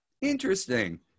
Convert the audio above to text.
Interesting